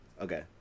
Okay